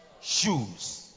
Shoes